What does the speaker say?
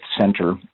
center